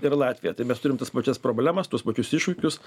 ir latviją tai mes turim tas pačias problemas tuos pačius iššūkius